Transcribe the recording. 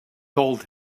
told